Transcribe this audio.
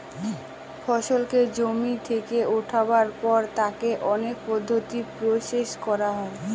ফসলকে জমি থেকে উঠাবার পর তাকে অনেক পদ্ধতিতে প্রসেস করা হয়